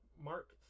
Mark